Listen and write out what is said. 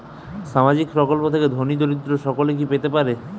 সামাজিক প্রকল্প থেকে ধনী দরিদ্র সকলে কি পেতে পারে?